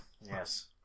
Yes